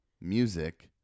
music